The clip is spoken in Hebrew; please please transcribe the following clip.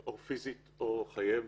או שחייהם